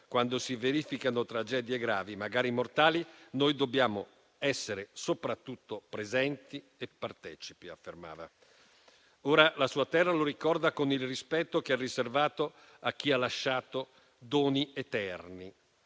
Quando si verificano tragedie gravi, magari mortali, noi dobbiamo essere soprattutto presenti e partecipi, affermava. Ora la sua terra lo ricorda con il rispetto che è riservato a chi ha lasciato doni eterni.